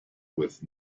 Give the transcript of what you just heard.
with